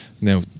Now